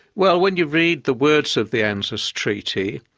well when you read the words of the anzus treaty,